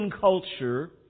culture